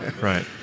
right